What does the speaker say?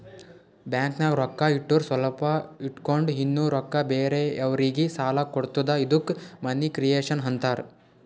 ಬ್ಯಾಂಕ್ನಾಗ್ ರೊಕ್ಕಾ ಇಟ್ಟುರ್ ಸ್ವಲ್ಪ ಇಟ್ಗೊಂಡ್ ಇನ್ನಾ ರೊಕ್ಕಾ ಬೇರೆಯವ್ರಿಗಿ ಸಾಲ ಕೊಡ್ತುದ ಇದ್ದುಕ್ ಮನಿ ಕ್ರಿಯೇಷನ್ ಆಂತಾರ್